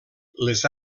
les